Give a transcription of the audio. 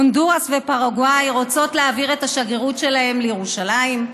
הונדורס ופרגוואי רוצות להעביר את השגרירות שלהן לירושלים,